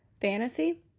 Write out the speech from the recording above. fantasy